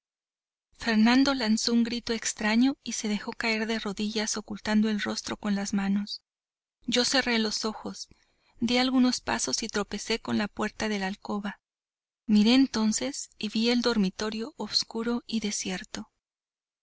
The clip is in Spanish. fernando lanzó un grito extraño y se dejó caer de rodillas ocultando el rostro con las manos yo cerré los ojos di algunos pasos y tropecé con la puerta de la alcoba miré entonces y vi el dormitorio obscuro y desierto